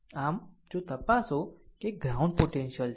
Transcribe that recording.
આમ જો તપાસો કે આ ગ્રાઉન્ડ પોટેન્શિયલ છે